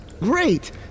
Great